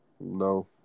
No